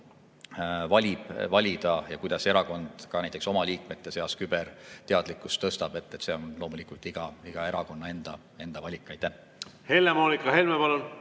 valida ja kuidas erakond ka näiteks oma liikmete seas küberteadlikkust tõstab, see on loomulikult iga erakonna enda valik.